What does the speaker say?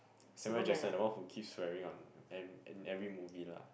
Samuel-L-Jackson that one who keeps swearing on every and every movie lah